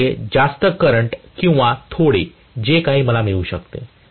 त्यामुळे जास्त करंट किंवा थोडे जे काही मला मिळू शकते